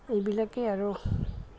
এইবিলাকেই আৰু